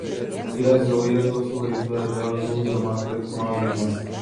jėzau jėzau suvaitoja tėvas dusdamas lyg smaugiamas